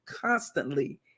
constantly